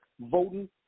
voting